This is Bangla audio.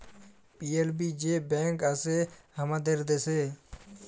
পি.এল.বি যে ব্যাঙ্ক আসে হামাদের দ্যাশে